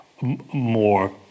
more